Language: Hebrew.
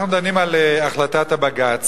אנחנו דנים על החלטת הבג"ץ,